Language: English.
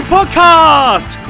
Podcast